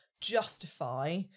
justify